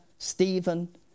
Stephen